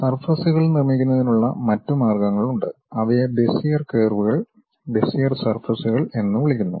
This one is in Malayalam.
സർഫസ്കൾ നിർമ്മിക്കുന്നതിനുള്ള മറ്റ് മാർഗ്ഗങ്ങളുണ്ട് അവയെ ബെസിയർ കർവുകൾ ബെസിയർ സർഫസ്കൾ എന്ന് വിളിക്കുന്നു